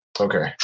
Okay